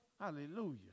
Hallelujah